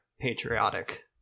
patriotic